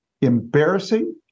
embarrassing